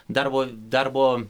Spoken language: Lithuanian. darbo darbo